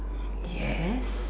yes